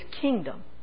kingdom